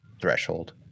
threshold